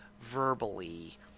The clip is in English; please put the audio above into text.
Verbally